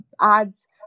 ads